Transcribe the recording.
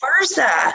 versa